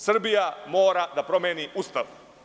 Srbija mora da promeni Ustav.